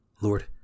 Lord